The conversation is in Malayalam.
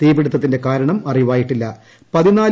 തീപിടുത്ത്തിന്റെ കാരണം അറിവായിട്ടില്ല്